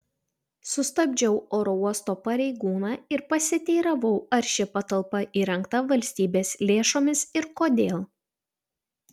sustabdžiau oro uosto pareigūną ir pasiteiravau ar ši patalpa įrengta valstybės lėšomis ir kodėl